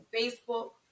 Facebook